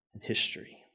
history